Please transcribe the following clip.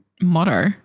motto